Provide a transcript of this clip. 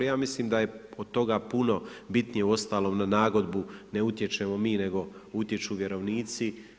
Ja mislim da je od toga puno bitnije, ustalom na nagodbu ne utječemo mi nego utječu vjerovnici.